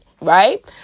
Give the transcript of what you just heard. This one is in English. Right